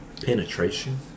Penetration